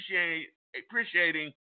appreciating